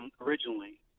originally